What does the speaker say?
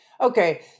Okay